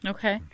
Okay